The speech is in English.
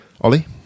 Ollie